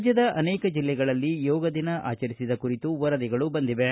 ರಾಜ್ಯದ ಅನೇಕ ಜಿಲ್ಲೆಗಳಲ್ಲಿ ಯೋಗ ದಿನ ಆಚರಿಸಿದ ಕುರಿತು ವರದಿಗಳು ಬಂದಿವೆ